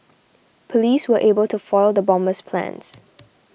police were able to foil the bomber's plans